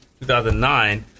2009